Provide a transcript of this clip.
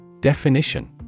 Definition